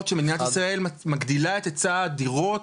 שמדינת ישראל מגדילה את היצע הדירות,